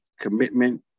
commitment